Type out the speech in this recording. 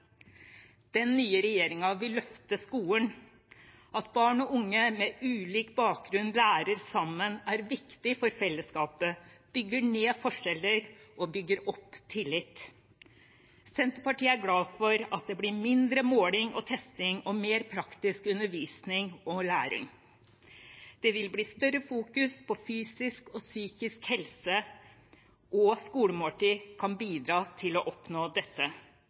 Den nye regjeringen vil løfte skolen. At barn og unge med ulik bakgrunn lærer sammen, er viktig for fellesskapet, bygger ned forskjeller og bygger opp tillit. Senterpartiet er glad for at det blir mindre måling og testing og mer praktisk undervisning og læring. Det vil bli større fokus på fysisk og psykisk helse, og et skolemåltid kan bidra til å oppnå dette.